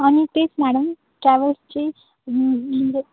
आणि तेच मॅडम ट्रॅव्हल्सचे